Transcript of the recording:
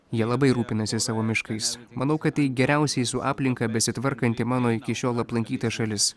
jie labai rūpinasi savo miškais manau kad tai geriausiai su aplinka besitvarkanti mano iki šiol aplankyta šalis